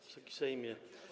Wysoki Sejmie!